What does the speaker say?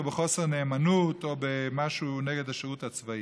בחוסר נאמנות או במשהו נגד השירות הצבאי.